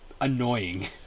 Annoying